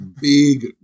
big